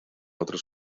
otros